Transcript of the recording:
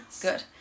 Good